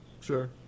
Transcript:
Sure